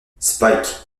spike